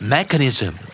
Mechanism